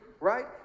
right